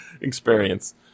experience